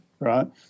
Right